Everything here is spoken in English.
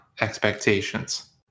expectations